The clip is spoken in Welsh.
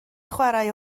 chwarae